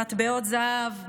מטבעות זהב,